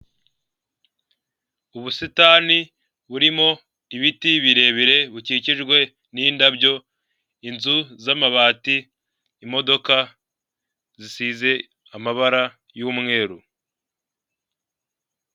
Ubusitani burimo ibiti birebire bukikijwe n'indabyo, inzu z'amabati n'imodoka zisize amabara y'umweru.